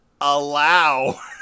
allow